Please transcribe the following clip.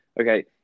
Okay